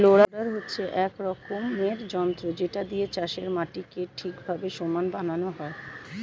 roller হচ্ছে এক রকমের যন্ত্র যেটা দিয়ে চাষের মাটিকে ঠিকভাবে সমান বানানো হয়